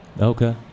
Okay